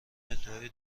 ادعای